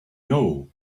know